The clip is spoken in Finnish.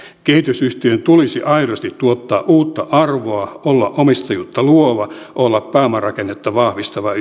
kehitysyhtiön tulisi aidosti tuottaa uutta arvoa olla omistajuutta luova olla pääomarakennetta vahvistava